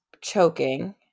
choking